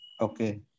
Okay